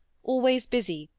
always busy,